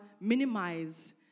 minimize